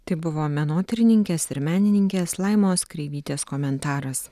tai buvo menotyrininkės ir menininkės laimos kreivytės komentaras